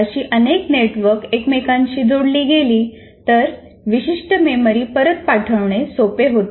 अशी अनेक नेटवर्क एकमेकांशी जोडली गेली तर विशिष्ट मेमरी परत पाठवणे सोपे होते